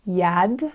yad